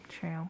True